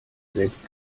selbst